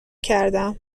کردم